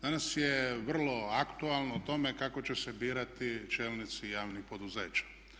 Danas je vrlo aktualno o tome kako će se birati čelnici javnih poduzeća.